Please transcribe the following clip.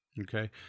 Okay